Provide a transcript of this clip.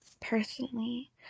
personally